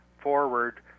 forward